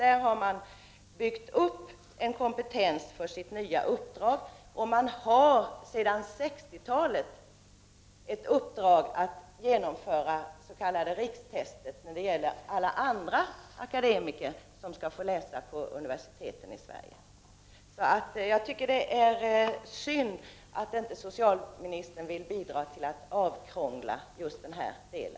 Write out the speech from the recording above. Där har man byggt upp en kompetens för sitt nya uppdrag, och man har sedan 60-talet ett uppdrag att genomföra s.k. rikstestet när det gäller alla andra akademiker som skall få läsa vid universiteten i Sverige. Jag tycker att det är synd att inte socialministern vill bidra till att avkrångla det hela.